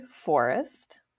forest